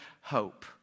hope